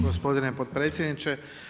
Gospodine potpredsjedniče.